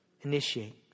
Initiate